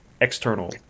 external